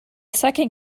second